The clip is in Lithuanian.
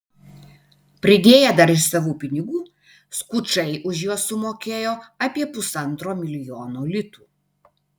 pridėję dar ir savų pinigų skučai už juos sumokėjo apie pusantro milijono litų